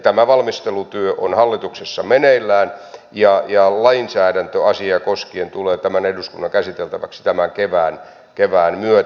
tämä valmistelutyö on hallituksessa meneillään ja lainsäädäntö asiaa koskien tulee tämän eduskunnan käsiteltäväksi tämän kevään myötä